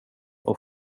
och